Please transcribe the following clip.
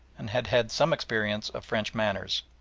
and had had some experience of french manners,